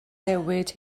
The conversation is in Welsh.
newid